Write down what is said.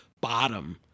bottom